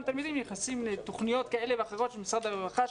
תלמידים נכנסים לתוכניות כאלה ואחרות של משרד הרווחה,